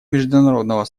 международного